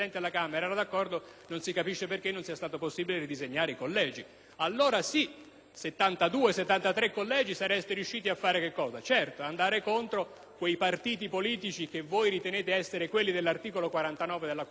72-73 collegi sareste riusciti ad andare contro quei partiti politici che voi ritenete essere quelli dell'articolo 49 della Costituzione, ma che invece sono quelli della consociazione e della spartizione quotidiana